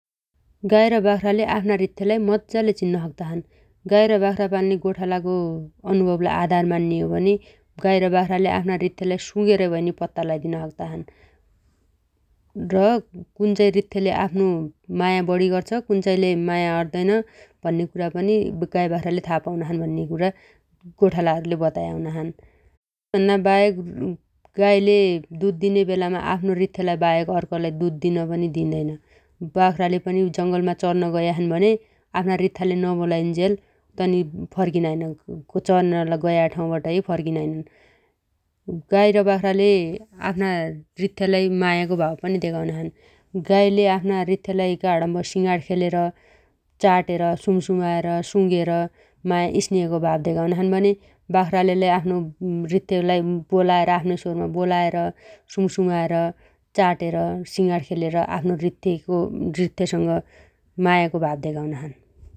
गाइ रे बाख्राले आफ्ना रिथ्थेलाइ मज्जाले चिन्न सक्ताछन् । गाइ र बाख्रा पाल्ने गोठालागो अनुभवलाइ आधार मान्ने हो भने गाइ र बाख्राले आफ्ना रिथ्थेलाइ सुघेंरै भयनी पत्ता लाइदिन सक्ताछन् । र कुनचाहि रिथ्थेले आफ्नो माया बढि गर्छ कुनचाहिले अद्दैन भन्ने कुरा पनि गाइ बाख्राले था पाउनाछन् भन्नेकुरा गोठालाहरूले बताया हुनाछन् । तै भन्नाबाहेक गाइले दुध दिने बेलामा आफ्नो रिथ्थेलाइ बाहेक अर्कोलाइ दुद दिनापनि दिनैन । बाख्राले पनि ज‌गलमा चर्न गयाछन् भन्या आफ्ना रिथ्थेले नबोलाइन्जेल तनी फर्किनाइन चर्न गया ठाउँबाट है फर्रकनाइन । गाइ रे बाख्राले आफ्ना रिथ्थेलाइ मायाको भाव पनि धेगाउनाछन् । गाइले आफ्ना रिथ्थेलाइगा हणम्बो सिङाण खेलेर, चाटेर, सुङसुङाएर, सुङेर मायागो स्नेहगो भाव धेगाउनाछन् भने बाख्राले लै आफ्नो रिथ्थेलाइ बोलाएर आफ्नो स्वरमा बोलाएर सुङसुमाएर, चाटेर, सिङाण खेलेर आफ्नो रिथ्थेगो-रिथ्थेसँग मायाको भाव धेगाउनाछन् ।